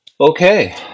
okay